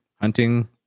hunting